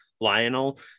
Lionel